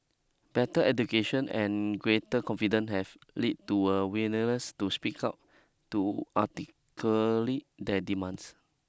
better education and greater confident have led to a willingness to speak out to articulate their demands